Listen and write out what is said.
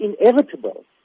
inevitable